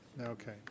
Okay